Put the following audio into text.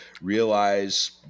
realize